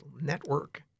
network